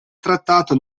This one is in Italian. trattato